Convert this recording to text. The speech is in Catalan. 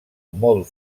molt